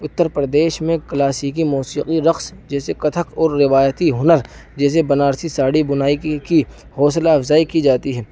اتر پردیش میں کلاسیکی موسیقی رقص جیسے کتھک اور روایتی ہنر جیسے بنارسی ساڑھی بنائی کی حوصلہ افزائی کی جاتی ہے